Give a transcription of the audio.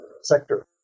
sector